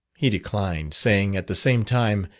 he declined, saying at the same time,